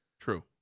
True